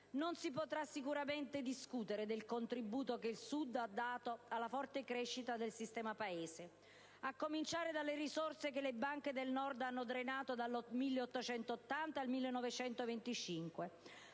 meridionale. È indubbio il contributo che il Sud ha dato alla forte crescita del sistema Paese, a cominciare dalle risorse che le banche del Nord hanno drenato dal 1880 al 1925